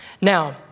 Now